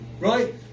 Right